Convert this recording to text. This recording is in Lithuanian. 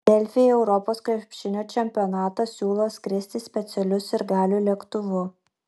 delfi į europos krepšinio čempionatą siūlo skristi specialiu sirgalių lėktuvu